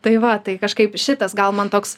tai va tai kažkaip šitas gal man toks